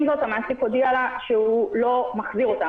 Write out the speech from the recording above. עם זאת, המעסיק הודיע לה שהוא לא מחזיר אותה.